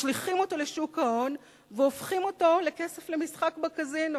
משליכים אותו לשוק ההון והופכים אותו לכסף למשחק בקזינו.